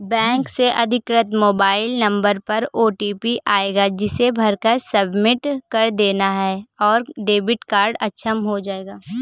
bank से अधिकृत mobile number पर ओटीपी आएगा जिसे भरकर सबमिट कर देना है और डेबिट कार्ड अक्षम हो जाएगा